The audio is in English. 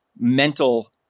Mental